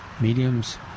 Mediums